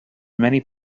many